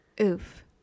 oof